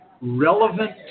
relevant